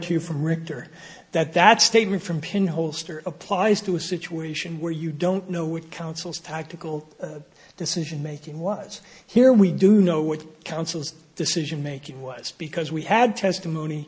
you from richter that that statement from pin holster applies to a situation where you don't know what counsel's tactical decision making was here we do know what the council's decision making was because we had testimony